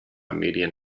median